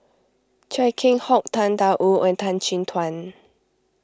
Chia Keng Hock Tang Da Wu and Tan Chin Tuan